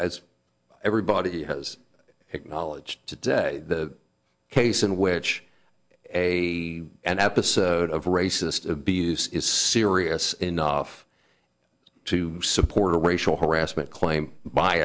as everybody has acknowledged today the case in which a an episode of racist abuse is serious enough to support a racial harassment claim by